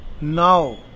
now